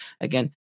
Again